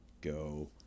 go